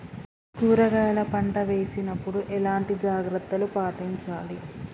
కూరగాయల పంట వేసినప్పుడు ఎలాంటి జాగ్రత్తలు పాటించాలి?